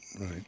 Right